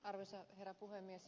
arvoisa herra puhemies